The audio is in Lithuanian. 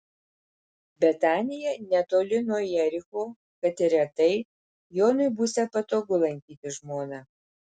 betanija netoli nuo jericho kad ir retai jonui būsią patogu lankyti žmoną